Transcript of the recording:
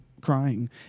crying